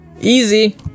Easy